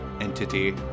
entity